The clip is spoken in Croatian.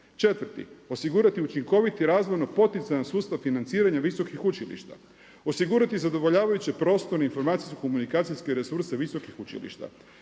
Četvrti, osigurati učinkoviti razvojno poticajan sustav financiranja visokih učilišta. Osigurati zadovoljavajući prostor i informacijsko-komunikacijske resurse visokih učilišta.